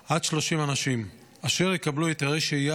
עד 30 אנשים, אשר יקבלו היתרי שהייה,